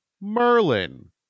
Merlin